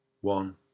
one